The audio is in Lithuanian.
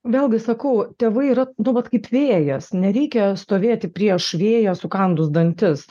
vėlgi sakau tėvai yra nu vat kaip vėjas nereikia stovėti prieš vėją sukandus dantis